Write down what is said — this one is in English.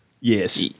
Yes